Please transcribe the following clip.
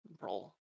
roll